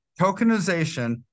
tokenization